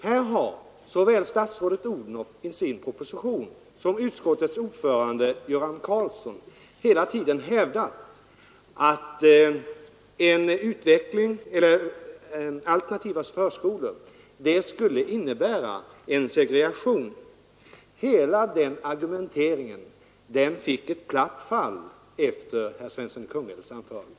Här har såväl statsrådet Odhnoff som utskottets ordförande herr Göran Karlsson hela tiden hävdat att alternativa förskolor skulle innebära en segregation. Hela den argumenteringen fick ett platt fall efter herr Svenssons i Kungälv anförande.